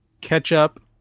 ketchup